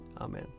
Amen